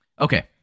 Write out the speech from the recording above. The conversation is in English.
okay